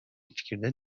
fikirde